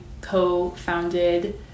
co-founded